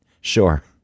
sure